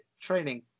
training